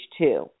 two